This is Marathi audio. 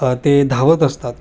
ते धावत असतात